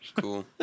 Cool